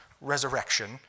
resurrection